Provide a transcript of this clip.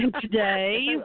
today